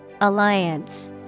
Alliance